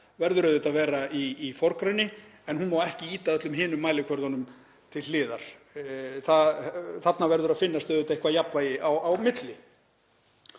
verður auðvitað að vera í forgrunni en hún má ekki ýta öllum hinum mælikvörðunum til hliðar. Þarna verður að finna eitthvert jafnvægi á milli.